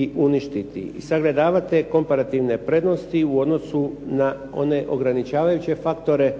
i uništiti i sagledavat te komparativne prednosti u odnosu na one ograničavajuće faktore